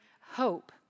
hope